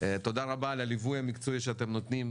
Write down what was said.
תודה רבה על הליווי המקצועי שאתם נותנים.